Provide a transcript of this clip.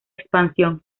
expansión